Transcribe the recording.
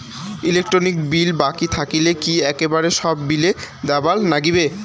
Electric bill বাকি থাকিলে কি একেবারে সব বিলে দিবার নাগিবে?